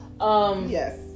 Yes